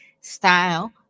style